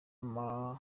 amakaro